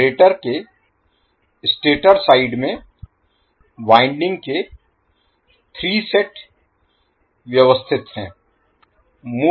generator के stator side में winding के 3 सेट व्यवस्थित हैं